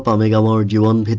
um legal ordeal on